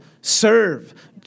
serve